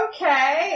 Okay